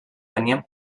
tenien